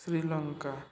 Sri Lanka